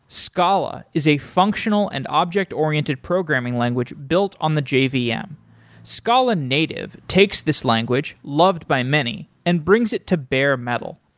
scala is a functional and object-oriented programming language built on the jvm. scala-native takes this language loved by many and brings it to bare metal.